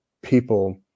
people